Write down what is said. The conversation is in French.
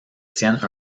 tiennent